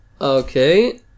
Okay